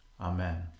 Amen